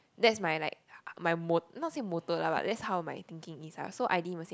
that's my like my mot~ not say motto lah but that's how my thinking is ah so I didn't even say